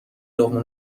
لقمه